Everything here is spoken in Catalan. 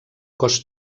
cos